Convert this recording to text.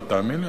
ותאמין לי,